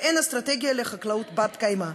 אין אסטרטגיה לחקלאות בת-קיימא.